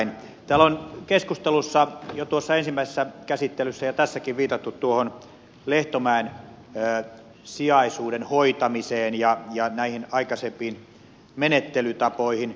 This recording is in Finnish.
täällä on keskustelussa jo tuossa ensimmäisessä käsittelyssä ja tässäkin viitattu lehtomäen sijaisuuden hoitamiseen ja aikaisempiin menettelytapoihin